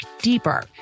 deeper